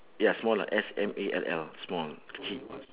ya more like S M A L L small kecil